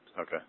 Okay